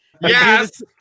Yes